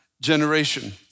generation